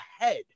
ahead